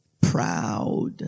proud